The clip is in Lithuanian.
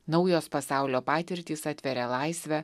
naujos pasaulio patirtys atveria laisvę